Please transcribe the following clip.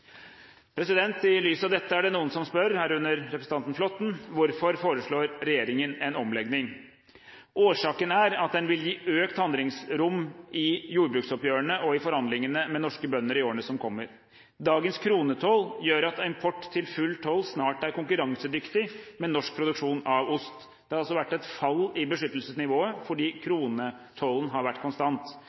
I lys av dette er det noen som spør, herunder representanten Flåtten: Hvorfor foreslår regjeringen en omlegging? Årsaken er at den vil gi økt handlingsrom i jordbruksoppgjørene og i forhandlingene med norske bønder i årene som kommer. Dagens kronetoll gjør at import til full toll snart er konkurransedyktig med norsk produksjon av ost. Det har altså vært et fall i beskyttelsesnivået fordi kronetollen har vært konstant.